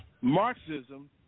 Marxism